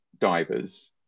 divers